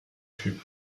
typ